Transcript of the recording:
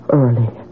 early